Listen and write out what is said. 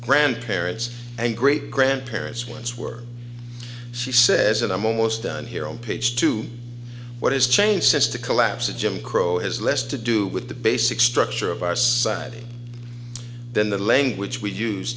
grandparents and great grandparents once were she says and i'm almost done here on page two what has changed since to collapse a jim crow has less to do with the basic structure of our society than the language we used